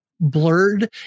blurred